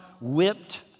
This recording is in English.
whipped